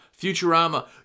Futurama